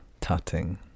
tutting